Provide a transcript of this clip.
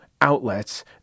outlets